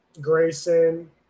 Grayson –